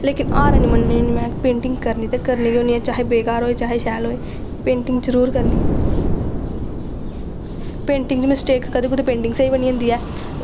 लेकिन हार हैनी मन्ननी होन्नी आं में पेंटिंग करनी ते करनी गै होन्नी आं चाहे बेकार होऐ चाहे शैल होऐ पेंटिंग जरूर करनी पेंटिंग च मिस्टेक कदें कुतै पेंटिंग स्हेई बनी जंदी ऐ